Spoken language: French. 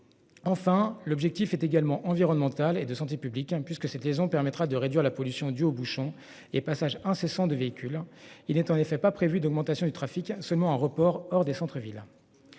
Enfin, l'objectif est également environnementales et de santé publique hein puisque cette liaison permettra de réduire la pollution due aux bouchons et passage incessant de véhicules. Il est en effet pas prévu d'augmentation du trafic seulement un report hors des centres-villes.